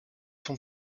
son